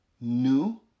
new